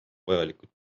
vajalikud